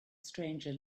stranger